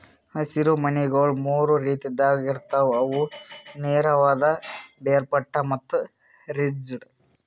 ಹಸಿರು ಮನಿಗೊಳ್ ಮೂರು ರೀತಿದಾಗ್ ಇರ್ತಾವ್ ಅವು ನೇರವಾದ, ಬೇರ್ಪಟ್ಟ ಮತ್ತ ರಿಡ್ಜ್